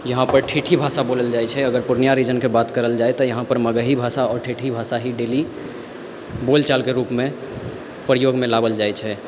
यहाँ पर ठेठी भाषा बोलल जाय छै अगर पूर्णिया रीजन के बात करल जाय तऽ यहाँ पर मगही भाषा और ठेठी भाषा ही डेली बोलल जाइ छै प्रयोगमे लाबल जाय छै